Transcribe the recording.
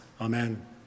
Amen